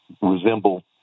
resemble